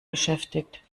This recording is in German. beschäftigt